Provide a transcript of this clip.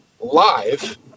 live